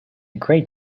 great